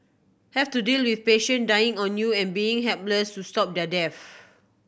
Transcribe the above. have to deal with patient dying on you and being helpless to stop their deaths